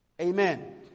Amen